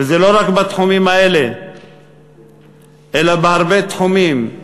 וזה לא רק בתחומים האלה אלא בהרבה תחומים,